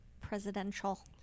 presidential